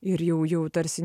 ir jau jau tarsi